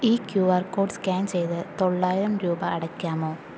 ഈ Q R code scan ചെയ്ത് തൊള്ളായിരം രൂപ അടയ്ക്കാമോ